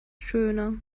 schöner